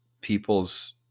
people's